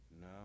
No